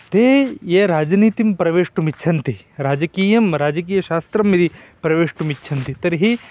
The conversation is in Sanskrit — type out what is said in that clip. ते ये राजनीतिं प्रवेष्टुमिच्छन्ति राजकीयं राजकीयशास्त्रं यदि प्रवेष्टुमिच्छन्ति तर्हि